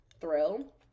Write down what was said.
thrill